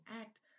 act